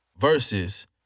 versus